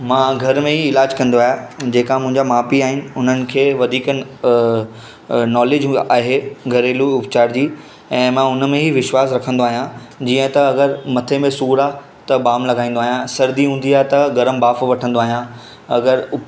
मां घर में ई इलाजु कंदो आहियां जेका मुंहिंजा माउ पीउ आहिनि उन्हनि खे वधीक न नॉलेज उह आहे घरेलु उपचार जी ऐं मां उनमें ई विश्वास रखंदो आहियां जीअं त अगरि मथे में सूरु आहे त बाम लॻाईंदो आहियां सर्दी हूंदी आहे त गरमु ॿाफ वठंदो आहियां अगरि